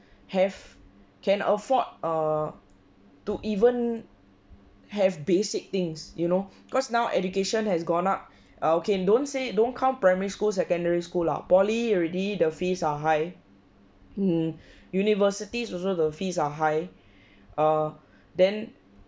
have can afford err to even have basic things you know cause now education has gone up uh okay don't say don't count primary school secondary school lah poly already the fees are high mm universities also the fees are high err then